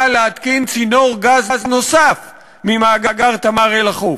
להתקין צינור גז נוסף ממאגר "תמר" אל החוף.